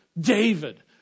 David